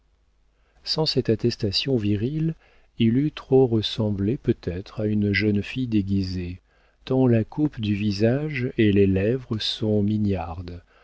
sans cette attestation virile il eût trop ressemblé peut-être à une jeune fille déguisée tant la coupe du visage et les lèvres sont mignardes